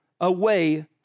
away